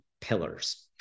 pillars